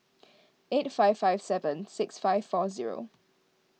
eight five five seven six five four zero